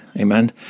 Amen